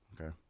Okay